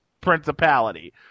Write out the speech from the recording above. principality